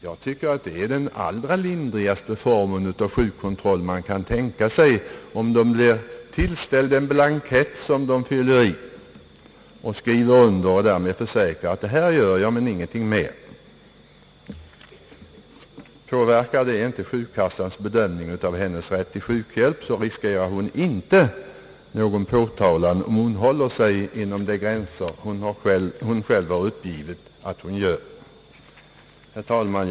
Jag tycker att det är den lindrigaste form av sjukkontroll man kan tänka sig, om hon blir tillställd en blankett som hon fyller i och undertecknar, varmed hon försäkrar att detta gör hon men ingenting mera. Påverkar det inte sjukkassans bedömning av hennes rätt till sjukhjälp, riskerar hon inte någon period påtalan, om hon håller sig inom de gränser hon själv har uppgivit att hon gör. Herr talman!